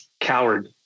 Coward